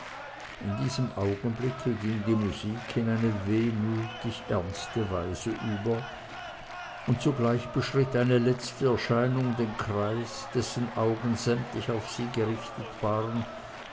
in diesem augenblicke ging die musik in eine wehmütig ernste weise über und zugleich beschritt eine letzte erscheinung den kreis dessen augen sämtlich auf sie gerichtet waren